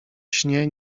śnie